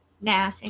nah